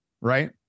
right